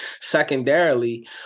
Secondarily